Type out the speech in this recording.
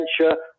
adventure